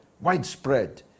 widespread